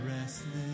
restless